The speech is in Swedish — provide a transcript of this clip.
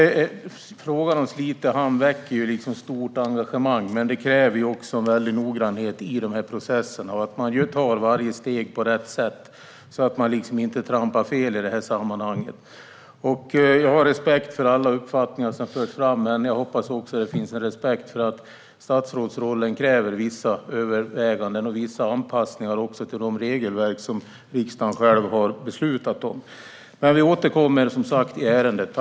Fru talman! Frågan om Slite hamn väcker stort engagemang, men det kräver också noggrannhet i processerna och att man tar varje steg på rätt sätt så att man inte trampar fel. Jag har respekt för alla uppfattningar som förs fram, men jag hoppas att det också finns respekt för att statsrådsrollen kräver vissa överväganden och vissa anpassningar, också till de regelverk som riksdagen själv har beslutat om. Vi återkommer som sagt i ärendet.